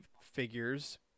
figures